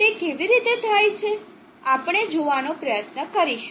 તે કેવી રીતે થાય છે આપણે જોવાનો પ્રયત્ન કરીશું